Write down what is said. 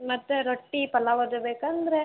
ಮತ್ತು ರೊಟ್ಟಿ ಪಲಾವ್ ಇದೆ ಬೇಕಂದರೆ